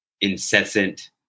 incessant